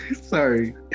Sorry